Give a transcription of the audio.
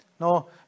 No